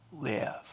live